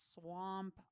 swamp